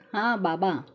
हा बाबा